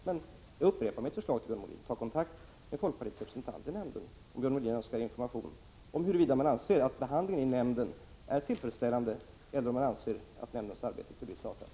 Men jag upprepar mitt förslag till Björn Molin: Ta kontakt med folkpartiets representant i nämnden, om Björn Molin önskar information om huruvida vederbörande anser att behandlingen är tillfredsställande eller att nämndens arbete är kulissartat.